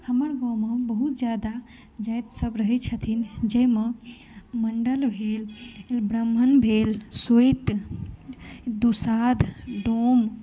हमर गाँवमे बहुत ज्यादा जातिसभ रहैत छथिन जाहिमे मण्डल भेल ब्राम्हण भेल सोति दुसाध डोम